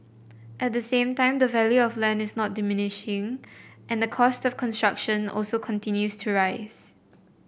at the same time the value of land is not diminishing and the cost of construction also continues to rise